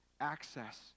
access